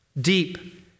deep